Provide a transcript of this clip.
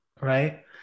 right